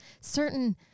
certain